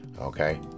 okay